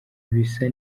ibisa